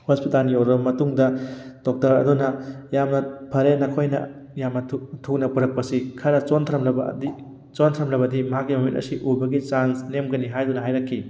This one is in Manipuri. ꯍꯣꯁꯄꯤꯇꯥꯟ ꯌꯧꯔꯕ ꯃꯇꯨꯡꯗ ꯗꯣꯛꯇꯔ ꯑꯗꯨꯅ ꯌꯥꯝꯅ ꯐꯔꯦ ꯅꯈꯣꯏꯅ ꯌꯥꯝꯅ ꯊꯨꯅ ꯄꯨꯔꯛꯄꯁꯤ ꯈꯔ ꯆꯣꯟꯊꯔꯝꯂꯕ ꯑꯗꯤ ꯆꯣꯟꯊꯔꯃꯂꯕꯗꯤ ꯃꯍꯥꯛꯀꯤ ꯃꯃꯤꯠ ꯑꯁꯤ ꯎꯕꯒꯤ ꯆꯥꯟꯁ ꯅꯦꯝꯒꯅꯤ ꯍꯥꯏꯗꯨꯅ ꯍꯥꯏꯔꯛꯈꯤ